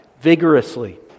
vigorously